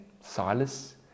Silas